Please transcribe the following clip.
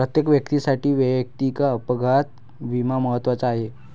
प्रत्येक व्यक्तीसाठी वैयक्तिक अपघात विमा महत्त्वाचा आहे